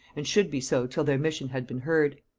and should be so till their mission had been heard.